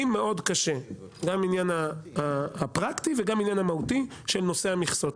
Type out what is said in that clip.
לי מאוד קשה גם העניין הפרקטי וגם העניין המהותי של נושא המכסות.